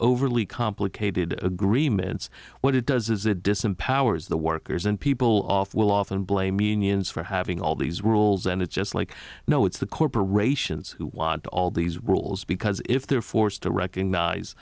overly complicated agreements what it does is it disempowers the workers and people off will often blame me for having all these rules and it's just like no it's the corporations who want all these rules because if they're forced to recognize